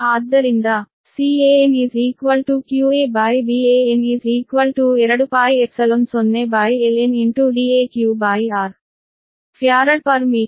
ಆದ್ದರಿಂದ Can qaVan 2π0ln Deqr farad per metre